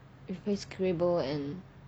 you play scrabble and